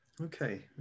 okay